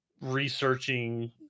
researching